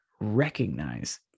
recognize